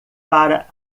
para